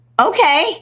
okay